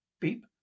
Beep